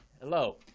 Hello